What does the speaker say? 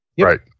right